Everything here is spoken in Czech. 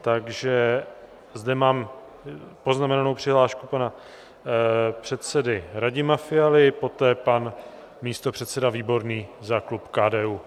Takže zde mám poznamenanou přihlášku pana předsedy Radima Fialy, poté pan místopředseda Výborný za klub KDU.